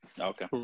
Okay